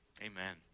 Amen